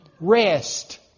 Rest